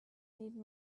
need